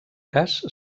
cas